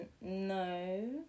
no